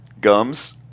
Gums